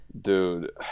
dude